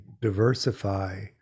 diversify